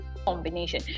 combination